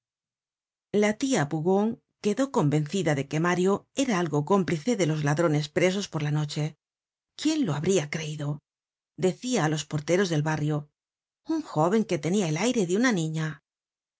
mudado tia bougon quedó convencida de que mario era algo cómplice de los ladrones presos por la noche quién lo hubiera creido decia á los porteros del barrio un jóven que tenia el aire de una niña